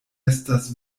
estas